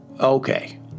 Okay